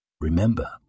Remember